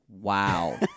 Wow